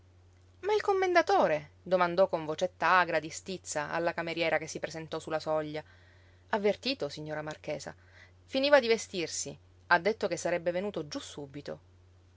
ma il commendatore domandò con vocetta agra di stizza alla cameriera che si presentò su la soglia avvertito signora marchesa finiva di vestirsi ha detto che sarebbe venuto giú subito